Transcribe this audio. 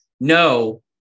No